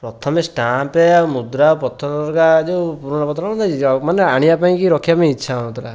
ପ୍ରଥମେ ଷ୍ଟାମ୍ପ ଆଉ ମୁଦ୍ରା ପଥର ହେରିକା ଯେଉଁ ମାନେ ଆଣିବା ପାଇଁକି ରଖିବାପାଇଁ ଇଚ୍ଛା ହେଉନଥିଲା